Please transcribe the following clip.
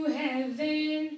heaven